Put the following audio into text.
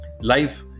Life